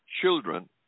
children